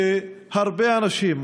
שהרבה אנשים,